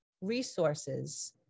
resources